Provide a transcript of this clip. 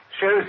shows